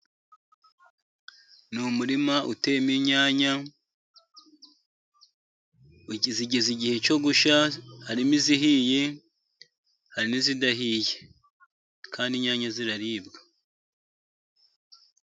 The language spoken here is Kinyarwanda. Ni umurima uteyemo inyanya zigeze igihe cyo gushya, harimo izihiye, hari n'izidahiye. Kandi inyanya ziraribwa.